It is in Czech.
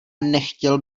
nechtěl